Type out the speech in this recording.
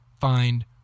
find